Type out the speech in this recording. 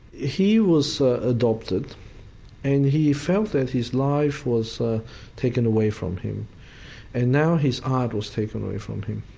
he was adopted and he felt that his life was ah taken away from him and now his art was taken away from him.